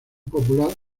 popular